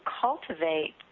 cultivate